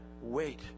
wait